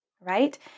right